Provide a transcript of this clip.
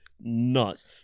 nuts